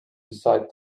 decide